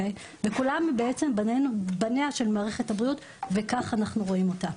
וכולנו בניה של מערכת הבריאות וככה אנחנו רואים אותה.